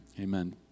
amen